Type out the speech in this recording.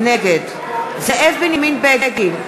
נגד זאב בנימין בגין,